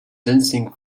dancing